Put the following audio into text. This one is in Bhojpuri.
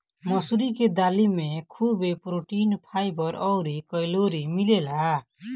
मसूरी के दाली में खुबे प्रोटीन, फाइबर अउरी कैलोरी मिलेला